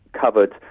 covered